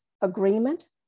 agreement